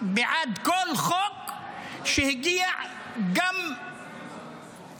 בעד כל חוק שהגיע, גם מהקואליציה,